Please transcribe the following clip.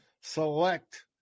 select